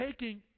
taking